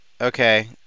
okay